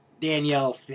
Danielle